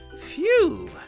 Phew